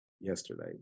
yesterday